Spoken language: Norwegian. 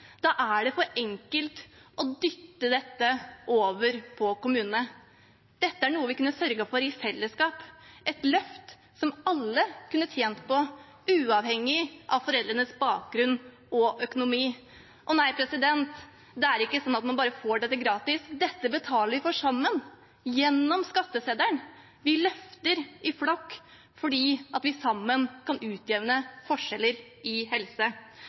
Da er det for enkelt å dytte dette over på kommunene. Dette er noe vi kunne sørget for i fellesskap – et løft som alle kunne tjent på, uavhengig av foreldrenes bakgrunn og økonomi. Og nei, det er ikke sånn at man bare får dette gratis. Dette betaler vi for sammen gjennom skatteseddelen. Vi løfter i flokk fordi vi sammen kan utjevne helseforskjeller. Kommunene tar sitt ansvar, men jeg, som kommer fra en minsteinntektskommune i